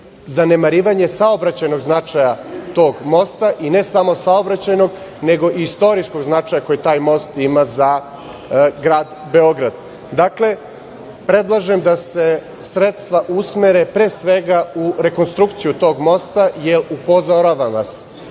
zanemarivanje saobraćajnog značaja tog mosta, i ne samo saobraćajnog, nego istorijskog značaja koji taj most ima za grad Beograd. Predlažem da se sredstva usmere pre svega u rekonstrukciju tog mosta, jer, upozoravam vas,